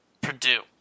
Purdue